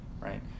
right